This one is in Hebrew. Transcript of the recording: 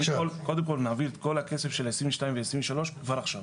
קודם כל אנחנו נעביר את כל הכסף של 2022 ו-2023 כבר עכשיו,